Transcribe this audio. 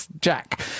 Jack